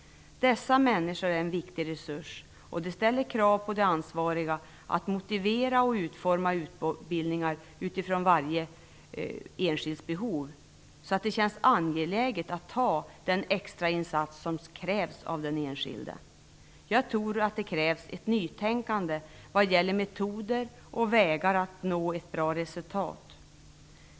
Dessa människor är en viktig resurs, och det ställer krav på de ansvariga att motivera och utforma utbildningar utifrån varje enskilds behov, så att det för den enskilde känns angeläget att göra den extrainsats om krävs av denne. Jag tror att det krävs ett nytänkande vad gäller metoder och vägar att nå ett bra resultat.